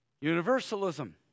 universalism